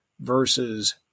versus